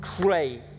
great